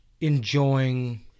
enjoying